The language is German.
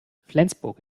flensburg